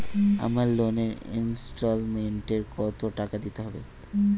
আমার লোনের ইনস্টলমেন্টৈ কত টাকা দিতে হবে?